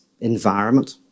environment